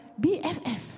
BFF